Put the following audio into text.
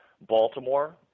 Baltimore